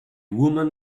woman